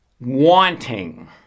Wanting